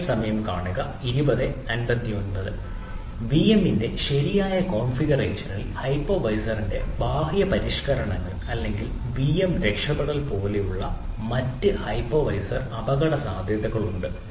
വിഎമ്മിന്റെ ശരിയായ കോൺഫിഗറേഷനിൽ ഹൈപ്പർവൈസറിന്റെ ബാഹ്യ പരിഷ്ക്കരണങ്ങൾ അല്ലെങ്കിൽ വിഎം രക്ഷപ്പെടൽ പോലുള്ള മറ്റ് ഹൈപ്പർവൈസർ അപകടസാധ്യതകളുണ്ട്